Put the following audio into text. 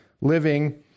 living